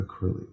Acrylic